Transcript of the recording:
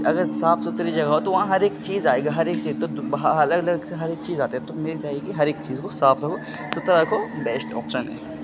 اگر صاف ستھری جگہ ہو تو وہاں ہر ایک چیز آئے گا ہر ایک چیز تو الگ الگ سے ہر ایک چیز آتے ہے تو میری رائے یہ ہے کہ ہر ایک چیز کو صاف رکھو ستھرا رکھو بیسٹ آپشن ہے